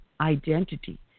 identity